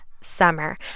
summer